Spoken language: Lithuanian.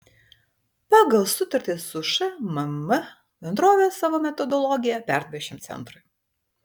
pagal sutartį su šmm bendrovė savo metodologiją perdavė šiam centrui